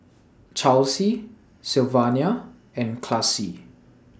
Chelsey Sylvania and Classie